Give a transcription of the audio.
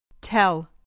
Tell